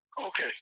Okay